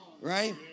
Right